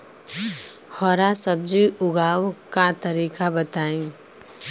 हरा सब्जी उगाव का तरीका बताई?